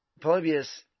Polybius